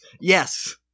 yes